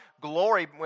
glory